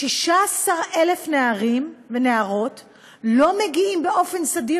16,000 נערים ונערות לא מגיעים באופן סדיר